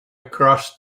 across